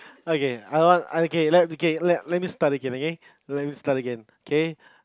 okay hold on okay let okay let me start okay let me start again K